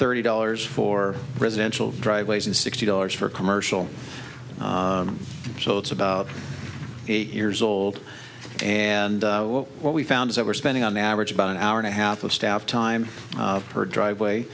thirty dollars for residential driveways and sixty dollars for commercial so it's about eight years old and what we found is that we're spending on average about an hour and a half of staff time per driveway